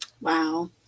wow